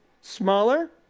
Smaller